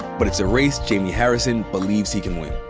but it's a race jaime harrison believes he can win.